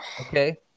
Okay